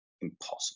impossible